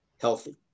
healthy